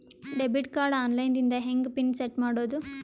Debit card online ದಿಂದ ಹೆಂಗ್ PIN set ಮಾಡೋದು?